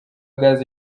gaz